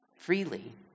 freely